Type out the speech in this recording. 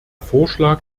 vorschlag